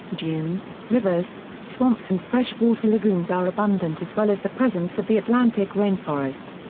dunes, rivers, swamps and fresh water lagoons are abundant as well as the presence of the atlantic rain forest.